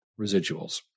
residuals